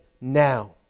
now